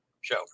show